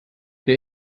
der